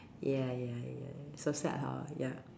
ya ya ya so sad hor ya